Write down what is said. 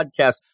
podcast